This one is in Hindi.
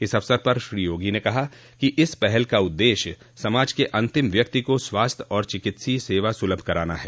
इस अवसर पर श्री योगी ने कहा कि इस पहल का उद्देश्य समाज के अंतिम व्यक्ति को स्वास्थ्य और चिकित्सीय सेवा सुलभ कराना है